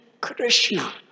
Krishna